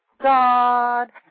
God